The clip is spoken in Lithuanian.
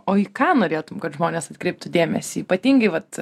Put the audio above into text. o į ką norėtumei kad žmonės atkreiptų dėmesį ypatingai vat